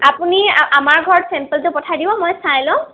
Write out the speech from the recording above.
আপুনি আমাৰ ঘৰত চেম্পলটো পঠাই দিব মই চাই ল'ম